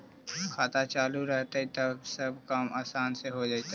खाता चालु रहतैय तब सब काम आसान से हो जैतैय?